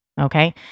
Okay